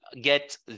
get